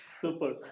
super